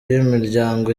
y’imiryango